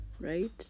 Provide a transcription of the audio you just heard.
right